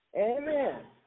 Amen